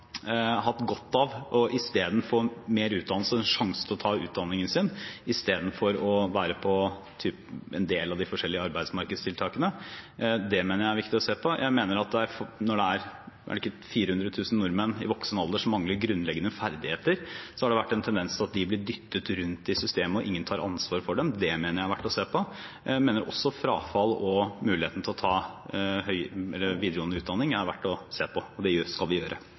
hatt godt av å få mer utdannelse og en sjanse til å ta utdannelsen sin i stedet for å være på en del av de forskjellige arbeidsmarkedstiltakene. Det mener jeg det er viktig å se på. Jeg mener at når 400 000 nordmenn i voksen alder mangler grunnleggende ferdigheter, har det vært en tendens til at de har blitt dyttet rundt i systemet uten at noen har tatt ansvar for dem. Det mener jeg det er verdt å se på. Jeg mener også det er verdt å se på frafall og muligheten til å ta videregående utdanning. Og det skal vi gjøre.